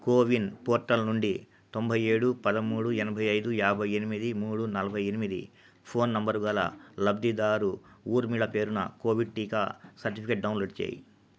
CoWIN portal నుండి తొంభై ఏడు పదమూడు ఎనభై ఐదు యాభై ఎనిమిది మూడు నలభై ఎనిమిది ఫోన్ నంబరు గల లబ్ధిదారు ఊర్మిళ పేరున కోవిడ్ టీకా సర్టిఫికేట్ డౌన్లోడ్ చేయి